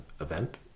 event